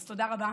אז תודה רבה.